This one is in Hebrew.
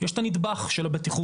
יש את הנדבך של הבטיחות.